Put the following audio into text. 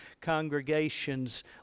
congregations